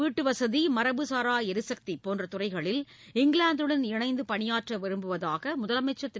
வீட்டுவசதி மரபுகாரா எரிசக்தி போன்ற துறைகளில் இங்கிலாந்துடன் இணைந்து பணியாற்ற விரும்புவதாக முதலமைச்சர் திரு